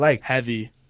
Heavy